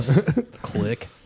Click